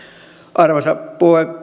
arvoisa